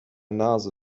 nase